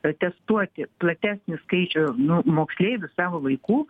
pratestuoti platesnį skaičių nu moksleivių savo vaikų